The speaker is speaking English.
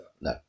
No